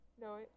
No